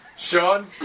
Sean